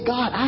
God